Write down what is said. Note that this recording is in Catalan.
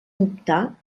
dubtar